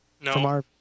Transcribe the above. No